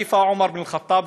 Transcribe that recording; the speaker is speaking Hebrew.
הח'ליף עומר בן אל-ח'טאב,